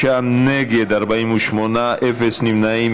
בעד, 36, נגד, 48, אפס נמנעים.